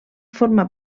forma